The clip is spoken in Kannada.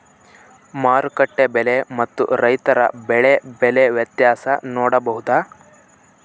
ಮಾರುಕಟ್ಟೆ ಬೆಲೆ ಮತ್ತು ರೈತರ ಬೆಳೆ ಬೆಲೆ ವ್ಯತ್ಯಾಸ ನೋಡಬಹುದಾ?